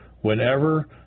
Whenever